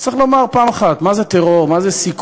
אז צריך לומר פעם אחת מה זה טרור, מה זה סיכול.